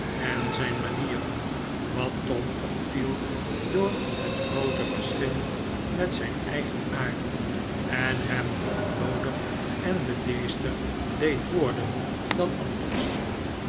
en zijn manieren wat tom opviel door het groote verschil met zijn eigen aard en hem nog blooder en bedeesder deed worden dan anders